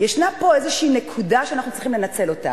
יש פה נקודה שאנחנו צריכים לנצל אותה,